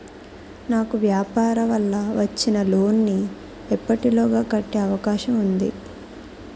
నాకు వ్యాపార వల్ల వచ్చిన లోన్ నీ ఎప్పటిలోగా కట్టే అవకాశం ఉంది?